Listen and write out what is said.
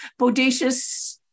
Bodacious